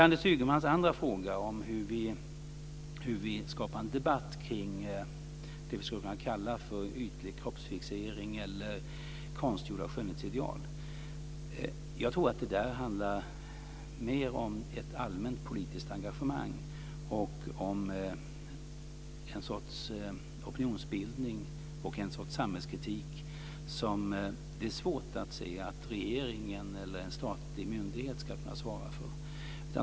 Anders Ygemans andra fråga gällde hur vi kan skapa en debatt kring det vi skulle kunna kalla för ytlig kroppsfixering eller konstgjorda skönhetsideal. Jag tror att det handlar om ett allmänt politiskt engagemang, en sorts opinionsbildning och en sorts samhällskritik som det är svårt att se att regeringen eller en statlig myndighet ska kunna svara för.